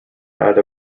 had